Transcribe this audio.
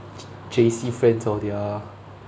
J_C friends or their